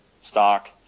stock